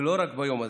ולא רק ביום הזה.